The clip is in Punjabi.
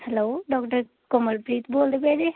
ਹੈਲੋ ਡੋਕਟਰ ਕਮਲਪ੍ਰੀਤ ਬੋਲਦੇ ਪਏ ਜੇ